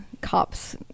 cops